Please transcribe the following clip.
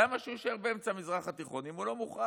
למה שהוא יישאר באמצע המזרח התיכון אם הוא לא מוכרח?